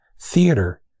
Theater